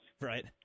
right